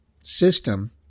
system